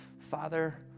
Father